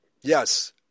Yes